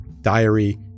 Diary